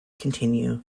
continue